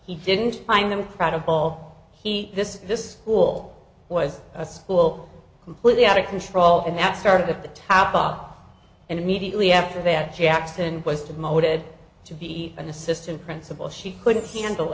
he didn't find them credible he this this pool was a school completely out of control and that started at the top and immediately after that jackson was demoted to be an assistant principal she couldn't handle